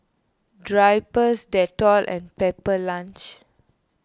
Drypers Dettol and Pepper Lunch